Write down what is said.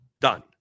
done